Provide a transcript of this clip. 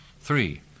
Three